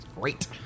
Great